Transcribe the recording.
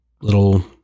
little